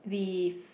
with